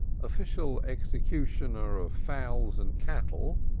official executioner of fowls and cattle,